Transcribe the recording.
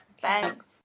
thanks